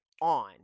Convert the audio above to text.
on